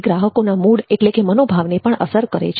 એ ગ્રાહકોના મૂડ મનોભાવને પણ અસર કરે છે